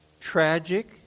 tragic